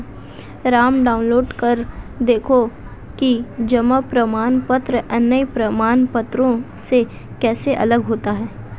Ram download कर देखो कि जमा प्रमाण पत्र अन्य प्रमाण पत्रों से कैसे अलग होता है?